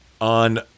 on